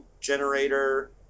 generator